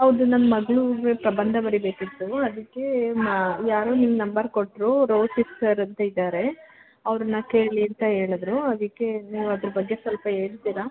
ಹೌದು ನನ್ನ ಮಗ್ಳಿಗೆ ಪ್ರಬಂಧ ಬರಿಬೇಕಿತ್ತು ಅದಕ್ಕೆ ನಾ ಯಾರೋ ನಿಮ್ಮ ನಂಬರ್ ಕೊಟ್ಟರು ರೋಜ್ ಸಿಸ್ಟರ್ ಅಂತ ಇದ್ದಾರೆ ಅವ್ರನ್ನು ಕೇಳಿ ಅಂತ ಹೇಳಿದ್ರು ಅದಕ್ಕೆ ನೀವು ಅದ್ರ ಬಗ್ಗೆ ಸ್ವಲ್ಪ ಹೇಳ್ತೀರಾ